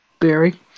Barry